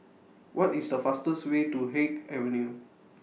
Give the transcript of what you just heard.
What IS The fastest Way to Haig Avenue